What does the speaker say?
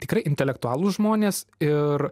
tikrai intelektualūs žmonės ir